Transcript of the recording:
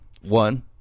one